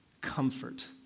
Comfort